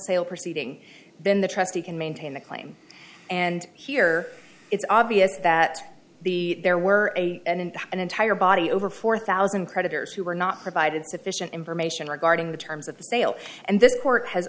sale proceeding then the trustee can maintain the claim and here it's obvious that the there were a and an entire body over four thousand creditors who were not provided sufficient information regarding the terms of the sale and this court has